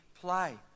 play